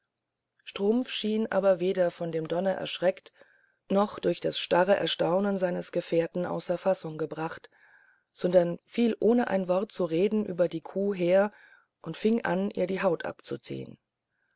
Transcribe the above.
strumpf schien aber weder von dem donner erschreckt noch durch das starre erstaunen seines gefährten außer fassung gebracht sondern fiel ohne ein wort zu reden über die kuh her und fing an ihr die haut abzuziehen